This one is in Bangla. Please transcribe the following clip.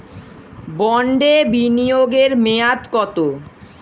বন্ডে বিনিয়োগ এর মেয়াদ কত?